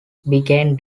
began